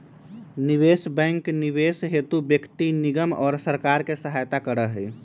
निवेश बैंक निवेश हेतु व्यक्ति निगम और सरकार के सहायता करा हई